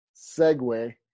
segue